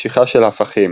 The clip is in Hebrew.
משיכה של הפכים